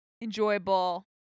enjoyable